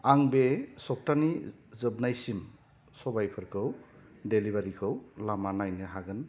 आं बे सब्थानि जोबनायसिम सबायफोरनि डिलिभारिखौ लामा नायनो हागोन नामा